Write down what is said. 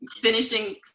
finishing